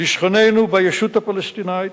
לשכנינו בישות הפלסטינית,